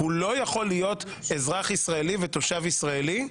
הוא לא יכול להיות אזרח ישראלי ותושב ישראלי,